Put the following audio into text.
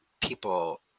people